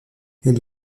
elle